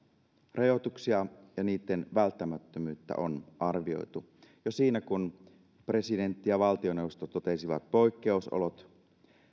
rajoituksia ja niitten välttämättömyyttä on arvioitu jo siinä kun presidentti ja valtioneuvosto totesivat poikkeusolot